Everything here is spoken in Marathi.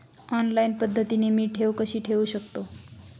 ऑनलाईन पद्धतीने मी ठेव कशी ठेवू शकतो?